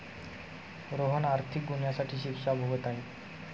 रोहन आर्थिक गुन्ह्यासाठी शिक्षा भोगत आहे